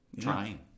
trying